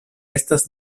estas